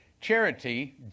Charity